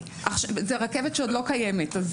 זו רכבת שעוד לא קיימת.